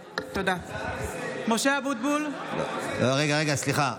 רגע, רגע, סליחה.